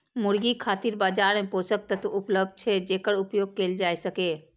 मुर्गी खातिर बाजार मे पोषक तत्व उपलब्ध छै, जेकर उपयोग कैल जा सकैए